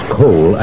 coal